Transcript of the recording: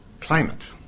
climate